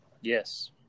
Yes